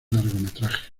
largometrajes